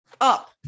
up